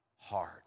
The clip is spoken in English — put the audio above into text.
hard